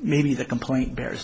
maybe the complaint bears